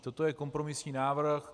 Toto je kompromisní návrh.